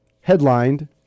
headlined